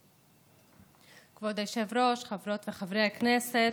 כבוד היושב-ראש, חברות וחברי הכנסת,